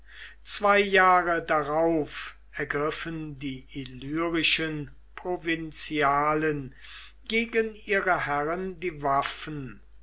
zwei jahre darauf ergriffen die illyrischen provinzialen gegen ihre herren die waffen